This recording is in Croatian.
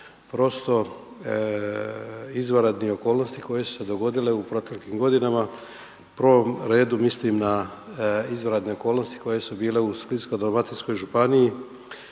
prosto izvanrednih okolnosti koje su se dogodile u proteklim godinama. U prvom redu mislim na izvanredne okolnosti koje su bile u Splitsko-dalmatinskoj županiji